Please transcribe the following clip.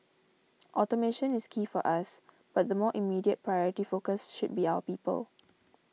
automation is key for us but the more immediate priority focus should be our people